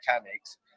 mechanics